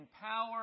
power